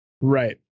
right